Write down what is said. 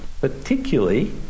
particularly